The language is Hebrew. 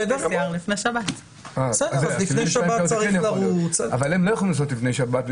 לפני שבת צריך לרוץ --- הם לא יכולים לעשות לפני שבת,